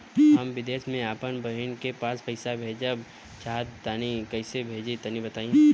हम विदेस मे आपन बहिन के पास पईसा भेजल चाहऽ तनि कईसे भेजि तनि बताई?